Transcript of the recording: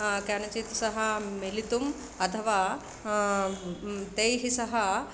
केनचित् सह मिलितुम् अथवा तैः सह